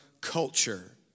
culture